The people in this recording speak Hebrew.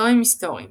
זרמים היסטוריים